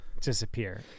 disappear